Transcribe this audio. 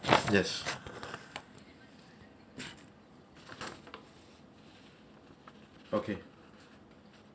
yes okay